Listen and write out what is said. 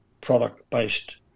product-based